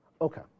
Okay